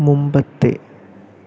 മുമ്പത്തെ